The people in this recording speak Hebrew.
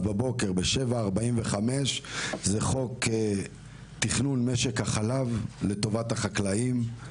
בבוקר ב-7:45 זה חוק תכנון משק החלב לטובת החקלאים.